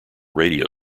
radio